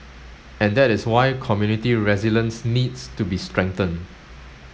and that is why community resilience needs to be strengthened